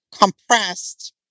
compressed